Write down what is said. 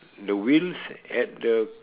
the wheels at the